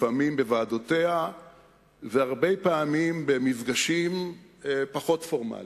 לפעמים בוועדותיה והרבה פעמים במפגשים פחות פורמליים.